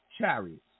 chariots